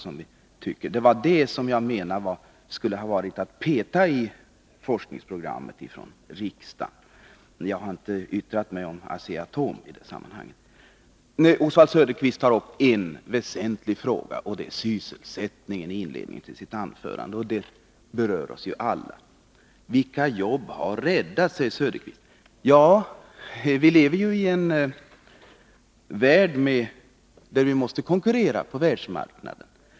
Jag menade alltså att riksdagen därmed skulle ha petat i forskningsprogrammet. Jag har inte yttrat mig om Asea-Atom i det sammanhanget. Oswald Söderqvist tog i inledningen av sitt anförande upp en väsentlig fråga, nämligen sysselsättningen, som ju berör oss alla. Vilka jobb har räddats? säger Oswald Söderqvist. Ja, vi lever i en värld där vi måste konkurrera på världsmarknaden.